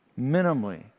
Minimally